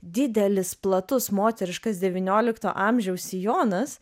didelis platus moteriškas devyniolikto amžiaus sijonas